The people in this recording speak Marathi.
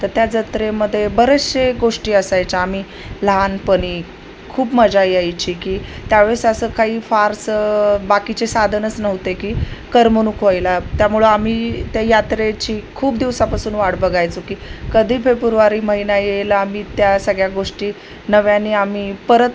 तर त्या जत्रेमध्ये बरेचसे गोष्टी असायच्या आम्ही लहानपणी खूप मजा यायची की त्यावेळेस असं काही फारसं बाकीचे साधनच नव्हते की कर्मणुक व्हायला त्यामुळं आम्ही त्या यात्रेची खूप दिवसापासून वाट बघायचो की कधी फेब्रुवारी महिना येईल आम्ही त्या सगळ्या गोष्टी नव्याने आम्ही परत